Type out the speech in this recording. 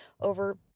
over